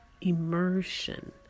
immersion